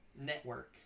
network